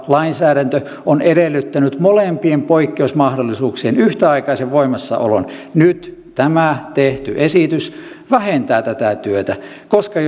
lainsäädäntö on edellyttänyt molempien poikkeusmahdollisuuksien yhtäaikaisen voimassaolon nyt tämä tehty esitys vähentää tätä työtä koska